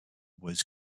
was